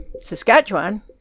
Saskatchewan